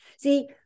See